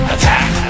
Attack